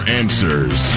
answers